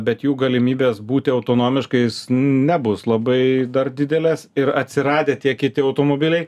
bet jų galimybės būti autonomiškais nebus labai dar didelės ir atsiradę tie kiti automobiliai